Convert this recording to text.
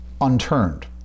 unturned